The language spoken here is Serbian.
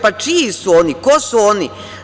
Pa, čiji su oni, ko su oni?